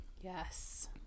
Yes